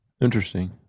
Interesting